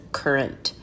current